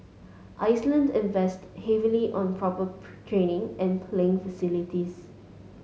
Iceland invested heavily on proper training and playing facilities